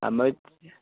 हाम्रो यतातिर